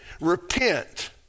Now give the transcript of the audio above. Repent